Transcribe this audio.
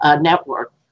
network